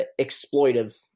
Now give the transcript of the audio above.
exploitive